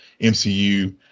MCU